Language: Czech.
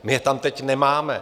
My je tam teď nemáme.